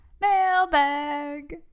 mailbag